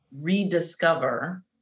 rediscover